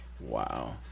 Wow